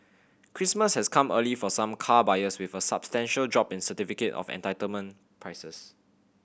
Christmas has come early for some car buyers with a substantial drop in certificate of entitlement prices